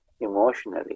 emotionally